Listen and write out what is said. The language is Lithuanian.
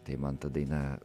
tai man ta daina